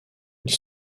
ils